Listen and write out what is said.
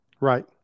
Right